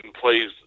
plays